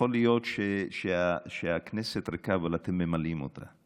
יכול להיות שהכנסת ריקה, אבל אתם ממלאים אותה.